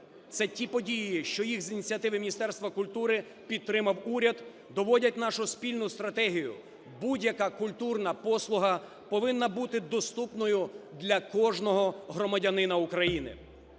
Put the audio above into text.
це ті події, що їх з ініціативи Міністерства культури підтримав уряд, доводять нашу спільну стратегію: будь-яка культурна послуга повинна бути доступною для кожного громадянина України.